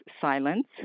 silence